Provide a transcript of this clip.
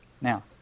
Now